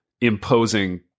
imposing